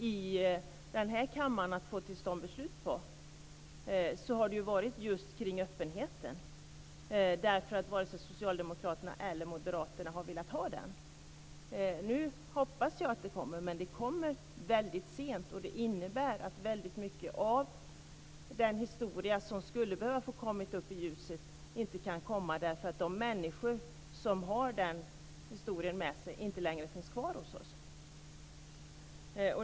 Om någonting har varit trögt att få till stånd beslut om i den här kammaren har det varit just kring öppenhet, därför att varken socialdemokraterna eller moderaterna har velat ha den. Nu hoppas jag att den kommer. Men den kommer väldigt sent och det innebär att väldigt mycket av den historia som skulle ha behövt komma upp i ljuset inte kan komma, därför att de människor som bar den historien med sig inte längre finns kvar hos oss.